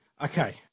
Okay